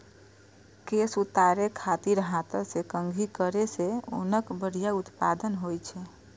केश उतारै खातिर हाथ सं कंघी करै सं ऊनक बढ़िया उत्पादन होइ छै